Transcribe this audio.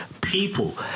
people